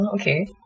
Okay